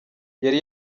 yari